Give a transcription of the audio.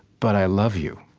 but i love you.